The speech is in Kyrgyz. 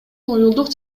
уюлдук